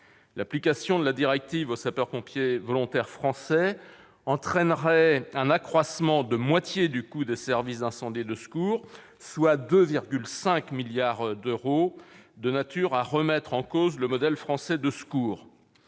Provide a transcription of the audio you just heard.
L'application de la directive aux sapeurs-pompiers volontaires français entraînerait un accroissement de moitié du coût des services d'incendie et de secours, soit 2,5 milliards d'euros, ce qui serait de nature à remettre en cause le modèle français de secours.